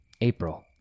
April